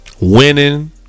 Winning